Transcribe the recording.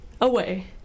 away